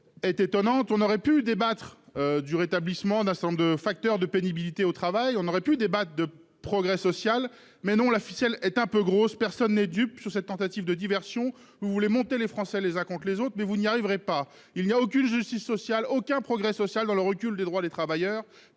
est étonnante : on aurait pu débattre du rétablissement d'un certain nombre de facteurs de pénibilité au travail, on aurait pu débattre de progrès social ... Non ! En réalité, la ficelle est un peu grosse. Personne n'est dupe de cette tentative de diversion. Vous voulez monter les Français les uns contre les autres, mais vous n'y arriverez pas. Il n'y a aucune justice sociale, aucun progrès social dans le recul des droits des travailleurs.